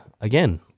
again